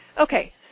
Okay